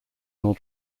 nor